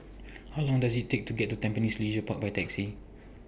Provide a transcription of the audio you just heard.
How Long Does IT Take to get to Tampines Leisure Park By Taxi